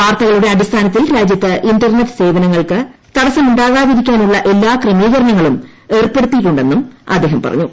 വാർത്തകളുടെ അടിസ്ഥാനത്തിൽ രാജ്യത്ത് ഇൻ്റർനെറ്റ് സേവനങ്ങൾക്ക് തടസ്സമുണ്ടാകാതിരിക്കാനുള്ള എല്ലാ ക്രമീകരണങ്ങളും ഏർപ്പെടുത്തിയിട്ടുണ്ടെന്ന് അദ്ദേഹം പറഞ്ഞു